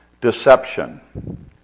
deception